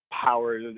power